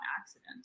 accident